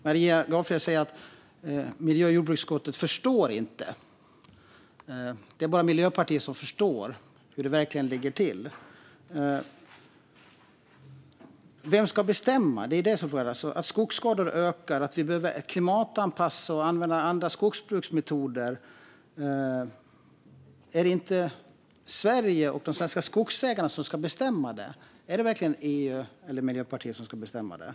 Maria Gardfjell säger också att miljö och jordbruksutskottet inte förstår. Det är bara Miljöpartiet som förstår hur det verkligen ligger till. Vem ska bestämma? Det är det som är frågan. Skogsskadorna ökar och vi behöver klimatanpassa och använda andra skogsbruksmetoder, men är det inte Sverige och de svenska skogsägarna som ska bestämma det? Är det verkligen EU eller Miljöpartiet som ska bestämma det?